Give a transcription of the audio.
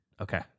Okay